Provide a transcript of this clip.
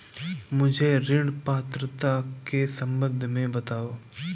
मुझे ऋण पात्रता के सम्बन्ध में बताओ?